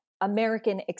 American